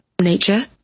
Nature